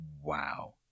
wow